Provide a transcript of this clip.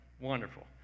wonderful